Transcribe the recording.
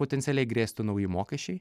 potencialiai grėstų nauji mokesčiai